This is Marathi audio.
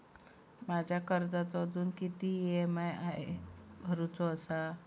माझ्या कर्जाचो अजून किती ई.एम.आय भरूचो असा?